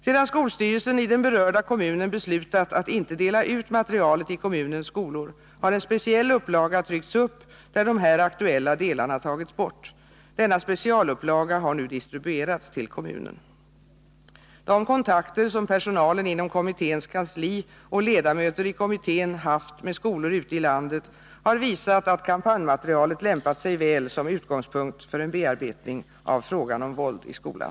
Sedan skolstyrelsen i den berörda kommunen beslutat att inte dela ut materialet i kommunens skolor har en speciell upplaga tryckts upp, där de här aktuella delarna tagits bort. Denna specialupplaga har nu distribuerats till kommunen. De kontakter som personalen inom kommitténs kansli och ledamöter i kommittén haft med skolor ute i landet har visat att kampanjmaterialet lämpat sig väl som utgångspunkt för en bearbetning av frågan om våld i skolan.